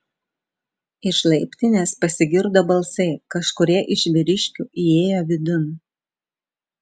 iš laiptinės pasigirdo balsai kažkurie iš vyriškių įėjo vidun